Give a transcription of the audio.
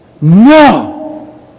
No